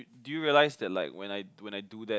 do you realise that like when I when I do that